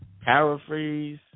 paraphrase